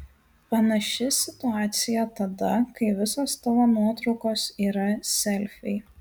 panaši situacija tada kai visos tavo nuotraukos yra selfiai